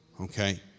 Okay